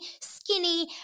skinny